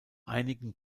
einigen